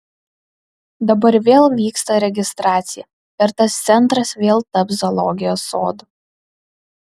dabar vėl vyksta registracija ir tas centras vėl taps zoologijos sodu